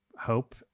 hope